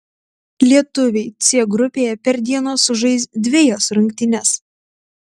lietuviai c grupėje per dieną sužais dvejas rungtynes